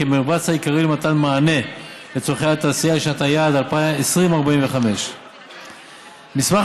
כמרבץ העיקרי למתן מענה לצורכי התעשייה לשנת היעד 2045. מסמך